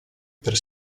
per